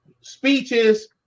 speeches